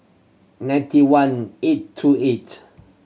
ninety one eight two eight